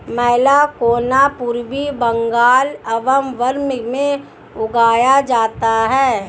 मैलाकोना पूर्वी बंगाल एवं बर्मा में उगाया जाता है